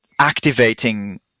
activating